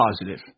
positive